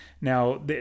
Now